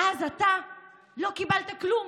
ואז אתה לא קיבלת כלום.